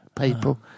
people